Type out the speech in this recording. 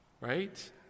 Right